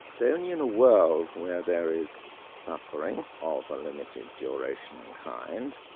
so only in a world where there is suffering, of a limited duration and kind,